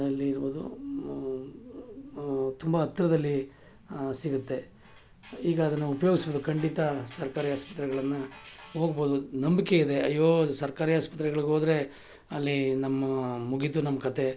ಅಲ್ಲಿ ಇರ್ಬೋದು ತುಂಬ ಹತ್ರದಲ್ಲಿ ಸಿಗುತ್ತೆ ಈಗ ಅದನ್ನು ಉಪಯೋಗ್ಸೋದು ಖಂಡಿತ ಸರ್ಕಾರಿ ಆಸ್ಪತ್ರೆಗಳನ್ನು ಹೋಗ್ಬೋದು ನಂಬಿಕೆ ಇದೆ ಅಯ್ಯೋ ಸರ್ಕಾರಿ ಆಸ್ಪತ್ರೆಗಳಿಗೆ ಹೋದ್ರೆ ಅಲ್ಲಿ ನಮ್ಮ ಮುಗಿತು ನಮ್ಮ ಕತೆ